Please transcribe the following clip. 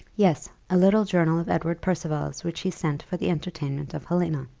yes, a little journal of edward percival's, which he sent for the entertainment of helena.